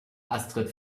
astrid